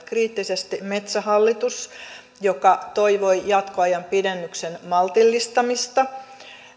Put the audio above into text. kriittisesti metsähallitus joka toivoi jatkoajan pidennyksen maltillistamista